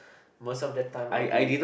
most of the time I will be